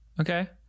Okay